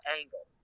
angle